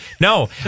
No